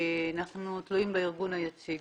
ואנחנו תלויים בארגון היציג.